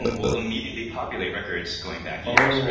we'll immediately populate records going back years, right?